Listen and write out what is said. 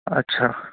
अच्छा